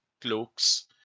cloaks